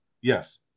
yes